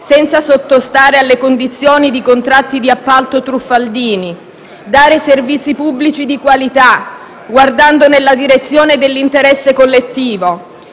senza sottostare alle condizioni di contratti di appalto truffaldini; dare servizi pubblici di qualità, guardando nella direzione dell'interesse collettivo;